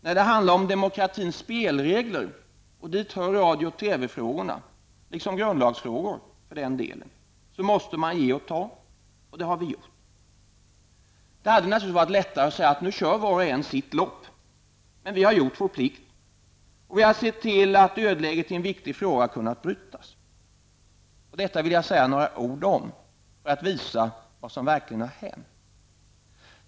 När det handlar om demokratins spelregler, och dit hör Radio och TV-frågorna, liksom grundlagsfrågorna för den delen, måste man ge och ta, och det har vi gjort. Det hade naturligtvis varit lättare att säga att var och en nu kör sitt lopp. Men vi har gjort vår plitk och sett till att dödläget i en viktig fråga har kunnat brytas. Om detta vill jag säga några ord för att visa vad som verkligen har hänt.